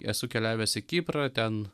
esu keliavęs į kiprą ten